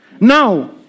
Now